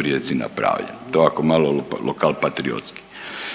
Rijeci napravljen. To ovako malo lokalpatriotski.